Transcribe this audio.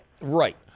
right